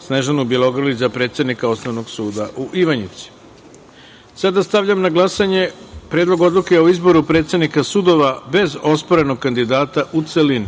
Snežanu Bjelogrlić za predsednika Osnovnog suda u Ivanjici. Stavljam na glasanje Predlog odluke o izboru predsednika sudova bez osporenog kandidata, u celini.